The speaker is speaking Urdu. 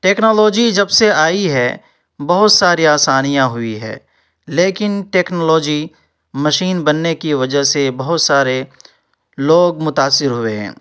ٹیکنالوجی جب سے آئی ہے بہت سارے آسانیاں ہوئی ہیں لیکن ٹیکنالوجی مشین بننے کی وجہ سے بہت سارے لوگ متاثر ہوئے ہیں